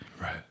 Right